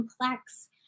complex